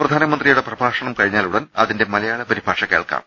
പ്രധാനമന്ത്രി യുടെ പ്രഭാഷണം കഴിഞ്ഞാലുടൻ അതിന്റെ മലയാള പരി ഭാഷ കേൾക്കാം